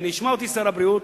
אם ישמע אותי שר הבריאות,